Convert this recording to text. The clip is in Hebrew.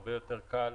הרבה יותר קל: